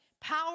power